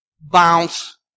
Bounce